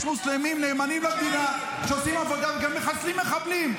יש מוסלמים נאמנים למדינה שעושים עבודה וגם מחסלים מחבלים,